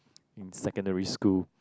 in secondary school